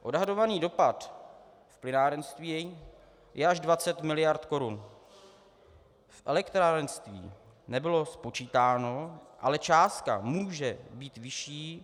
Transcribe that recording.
Odhadovaný dopad v plynárenství je až 20 mld. korun, v elektrárenství nebylo spočítáno, ale částka může být vyšší.